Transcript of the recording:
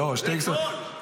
זה "כל".